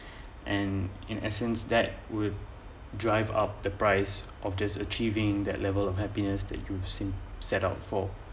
and in essence that would drive up the price of just achieving that level of happiness that you've seen set out for